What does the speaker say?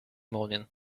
moaning